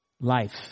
life